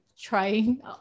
trying